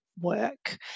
Work